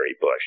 bush